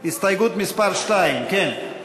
הסתייגות מס' 2. כן.